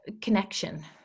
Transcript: connection